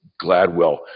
Gladwell